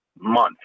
month